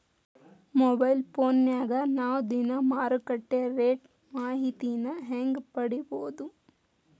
Mobile ಫೋನ್ಯಾಗ ನಾವ್ ದಿನಾ ಮಾರುಕಟ್ಟೆ ರೇಟ್ ಮಾಹಿತಿನ ಹೆಂಗ್ ಪಡಿಬೋದು?